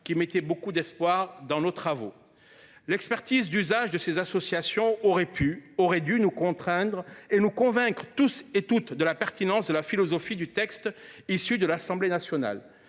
qui plaçaient de grands espoirs dans nos travaux. L’expertise d’usage de ces associations aurait pu – aurait dû – nous convaincre toutes et tous de la pertinence de la philosophie du texte issu de l’Assemblée nationale.